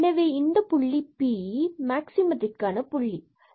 எனவே இந்தப் புள்ளி P Pab இதுவே மேக்ஸிமதிற்க்கான புள்ளி ஆகும்